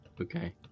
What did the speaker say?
Okay